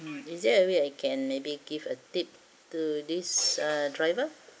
mm is there a way I can maybe give a tip to this uh driver